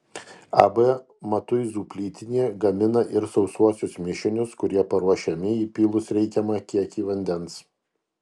ab matuizų plytinė gamina ir sausuosius mišinius kurie paruošiami įpylus reikiamą kiekį vandens